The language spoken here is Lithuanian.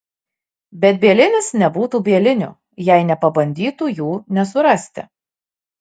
bet bielinis nebūtų bieliniu jei nepabandytų jų nesurasti